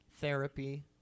therapy